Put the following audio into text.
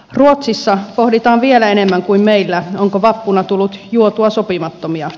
ruotsissa pohditaan vielä enemmän kuin meillä onko vappuna tullut juotua sopimattomia